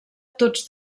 tots